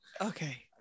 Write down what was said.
okay